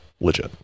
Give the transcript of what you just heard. legit